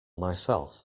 myself